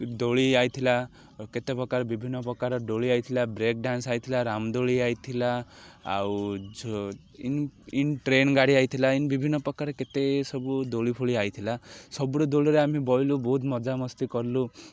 ଦୋଳି ଆସିଥିଲା କେତେ ପ୍ରକାର ବିଭିନ୍ନ ପ୍ରକାର ଦୋଳି ଆସିଥିଲା ବ୍ରେକ୍ ଡାନ୍ସ ଆସିଥିଲା ରାମଦୋଳି ଆସିଥିଲା ଆଉ ଇନ ଟ୍ରେନ ଗାଡ଼ି ଆସି ଥିଲା ଇନ ବିଭିନ୍ନ ପ୍ରକାର କେତେ ସବୁ ଦୋଳି ଫୋଳି ଆସି ଥିଲା ସବୁଠୁ ଦୋଳିରେ ଆମେ ବସିଲୁ ବହୁତ ମଜାମସ୍ତି କଲୁ